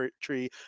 tree